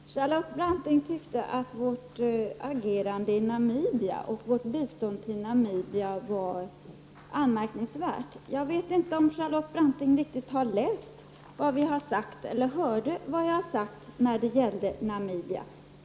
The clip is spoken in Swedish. Herr talman! Charlotte Branting tyckte att vårt agerande i Namibiafrågan och vårt bistånd till Namibia var något anmärkningsvärt. Jag vet inte om Charlotte Branting riktigt har läst vad vi har sagt eller hörde vad jag sade i fråga om Namibia.